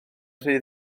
rhy